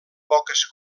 poques